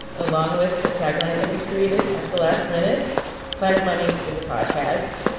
along with a tagline that we created at the last minute planet money is a podcast.